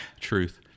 truth